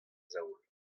zaol